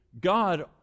God